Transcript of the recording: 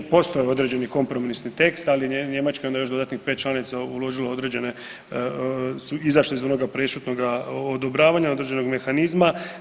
Postoje određeni kompromisni tekst ali Njemačka i onda još dodatnih 5 članica uložilo određene, su izašli iz onoga prešutnoga odobravanja određenog mehanizma.